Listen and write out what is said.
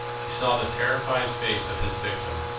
he saw the terrified face of his victim,